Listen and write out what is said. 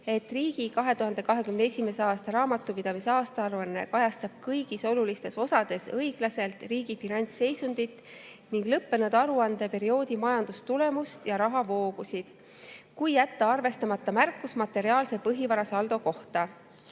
et riigi 2021. aasta raamatupidamise aastaaruanne kajastab kõigis olulistes osades õiglaselt riigi finantsseisundit ning lõppenud aruandeperioodi majandustulemust ja rahavoogusid, kui jätta arvestamata märkus materiaalse põhivara saldo kohta.